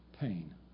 pain